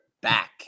back